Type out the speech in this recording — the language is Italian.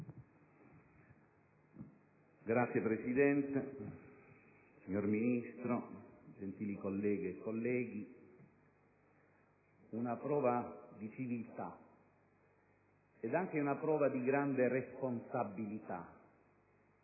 Signora Presidente, signor Ministro, gentili colleghe e colleghi, una prova di civiltà ed anche di grande responsabilità